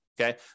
Okay